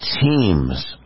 teams